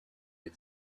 les